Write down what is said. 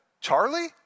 Charlie